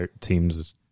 teams